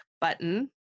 button